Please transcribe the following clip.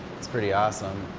it's pretty awesome.